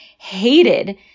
hated